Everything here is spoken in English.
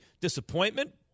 disappointment